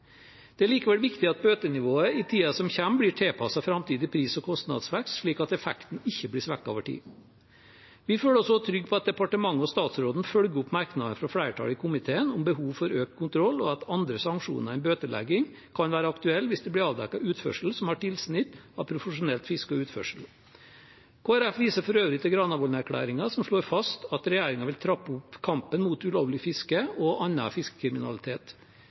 Det er likevel viktig at bøtenivået i tiden som kommer, blir tilpasset framtidig pris- og kostnadsvekst, slik at effekten ikke blir svekket over tid. Vi føler oss trygge på at departementet og statsråden følger opp merknader fra flertallet i komiteen om behovet for økt kontroll, og at andre sanksjoner enn bøtelegging kan være aktuelle hvis det blir avdekket utførsel som har tilsnitt av profesjonelt fiske og profesjonell utførsel. Kristelig Folkeparti viser for øvrig til Granavolden-plattformen, som slår fast at regjeringen vil trappe opp kampen mot ulovlig fiske og annen fiskekriminalitet.